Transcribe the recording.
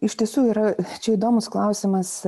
iš tiesų yra čia įdomus klausimas